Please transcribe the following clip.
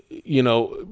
you know,